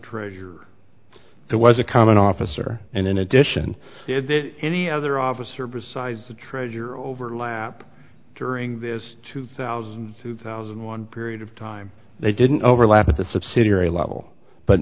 trader there was a common officer and in addition any other officer besides the treasurer overlap during this two thousand two thousand and one period of time they didn't overlap at the subsidiary level but